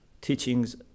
teachings